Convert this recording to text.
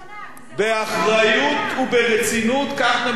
באחריות וברצינות, כך נמשיך לפעול.